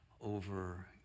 over